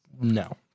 no